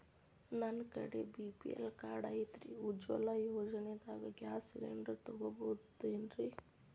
ನನ್ನ ಕಡೆ BPL card ಐತ್ರಿ, ಉಜ್ವಲಾ ಯೋಜನೆದಾಗ ಗ್ಯಾಸ್ ಸಿಲಿಂಡರ್ ತೊಗೋಬಹುದೇನ್ರಿ?